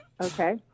Okay